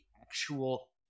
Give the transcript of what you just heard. actual